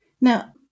Now